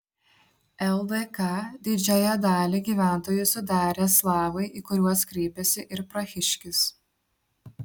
ldk didžiąją dalį gyventojų sudarė slavai į kuriuos kreipėsi ir prahiškis